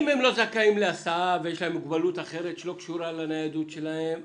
אם הם לא זכאים להסעה ויש להם מוגבלות אחרת שלא קשורה לניידות שלהם,